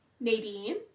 Nadine